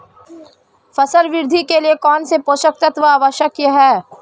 फसल वृद्धि के लिए कौनसे पोषक तत्व आवश्यक हैं?